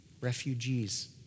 refugees